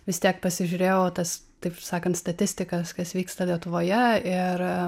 vis tiek pasižiūrėjau tas taip sakant statistikas kas vyksta lietuvoje ir